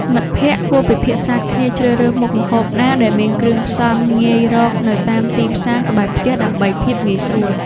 មិត្តភក្តិគួរពិភាក្សាគ្នាជ្រើសរើសមុខម្ហូបណាដែលមានគ្រឿងផ្សំងាយរកនៅតាមទីផ្សារក្បែរផ្ទះ ដើម្បីភាពងាយស្រួល។